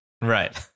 right